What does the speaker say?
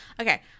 okay